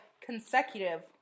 consecutive